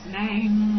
name